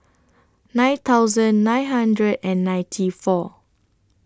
nine thousand nine hundred and ninety four